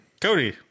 Cody